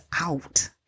out